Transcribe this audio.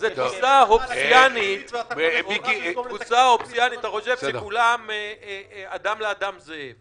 זה תפיסה הובסיאנית, אתה חושב שאדם לאדם זאב.